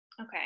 okay